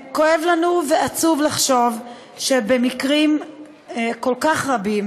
כואב לנו ועצוב לחשוב שבמקרים כל כך רבים